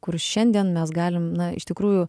kur šiandien mes galim na iš tikrųjų